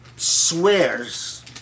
swears